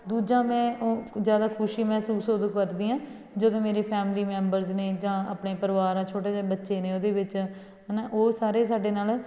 ਦੂਜਾ ਮੈਂ ਉਹ ਜ਼ਿਆਦਾ ਖੁਸ਼ੀ ਮਹਿਸੂਸ ਉਦੋਂ ਕਰਦੀ ਹਾਂ ਜਦੋਂ ਮੇਰੇ ਫੈਮਲੀ ਮੈਂਬਰਜ਼ ਨੇ ਜਾਂ ਆਪਣੇ ਪਰਿਵਾਰ ਆ ਛੋਟੇ ਜਿਹੇ ਬੱਚੇ ਨੇ ਉਹਦੇ ਵਿੱਚ ਹੈ ਨਾ ਉਹ ਸਾਰੇ ਸਾਡੇ ਨਾਲ